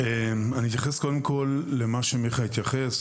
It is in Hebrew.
אתייחס קודם כל למה שמיכה נוי התייחס.